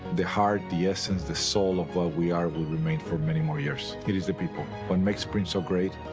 the heart, the essence, the soul of what we are will remain for many more years. it is the people. what makes sprint so great?